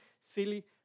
silly